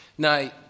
Now